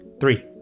Three